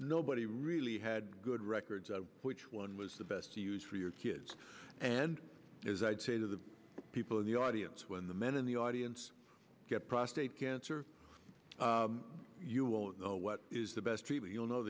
nobody really had good records of which one was the best to use for your kids and is i'd say to the people in the audience when the men in the audience get prostate cancer you won't know what is the best treatment you'll know